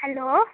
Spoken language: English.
hello